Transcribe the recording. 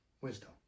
Wisdom